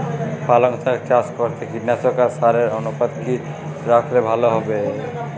পালং শাক চাষ করতে কীটনাশক আর সারের অনুপাত কি রাখলে ভালো হবে?